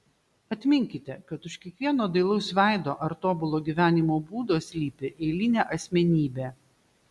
atminkite kad už kiekvieno dailaus veido ar tobulo gyvenimo būdo slypi eilinė asmenybė